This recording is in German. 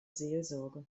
seelsorge